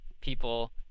people